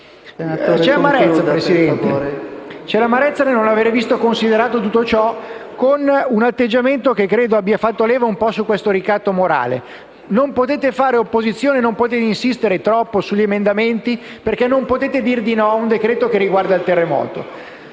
C'è l'amarezza, signora Presidente, di non aver visto considerare tutto questo, con un atteggiamento che credo abbia fatto leva su un ricatto morale: non potete fare opposizione, non potete insistere troppo sugli emendamenti perché non potete dire di no a un decreto-legge che riguarda il terremoto.